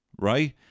right